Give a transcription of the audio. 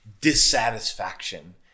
dissatisfaction